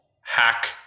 hack